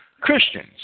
Christians